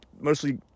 Mostly